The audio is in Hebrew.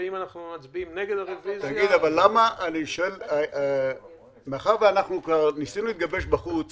ואם אנחנו מצביעים נגד הרוויזיה --- ניסינו לגבש בחוץ